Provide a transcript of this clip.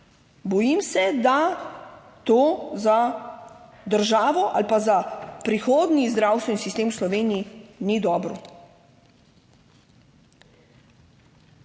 Bojim se, da to za državo ali pa za prihodnji zdravstveni sistem v Sloveniji ni dobro.